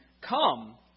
Come